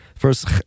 First